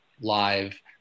live